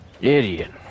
Idiot